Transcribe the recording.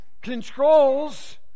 controls